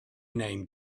name